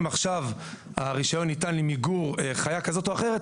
עכשיו הרישיון ניתן למיגור חיה כזאת או אחרת,